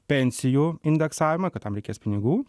pensijų indeksavimą kad tam reikės pinigų